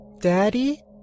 Daddy